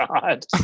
God